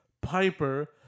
Piper